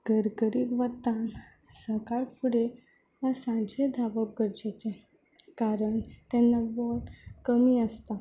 खरखरीत वतान सकाळफुडें सांजचें धांवप गरजेचें कारण तेन्ना वत कमी आसता